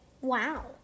Wow